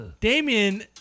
Damien